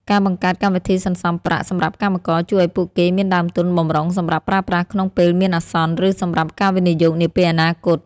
ការបង្កើតកម្មវិធីសន្សំប្រាក់សម្រាប់កម្មករ ជួយឱ្យពួកគេមានដើមទុនបម្រុងសម្រាប់ប្រើប្រាស់ក្នុងពេលមានអាសន្ន ឬសម្រាប់ការវិនិយោគនាពេលអនាគត។